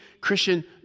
Christian